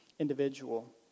individual